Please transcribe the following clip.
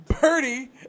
birdie